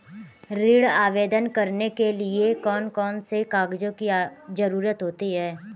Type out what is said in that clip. ऋण आवेदन करने के लिए कौन कौन से कागजों की जरूरत होती है?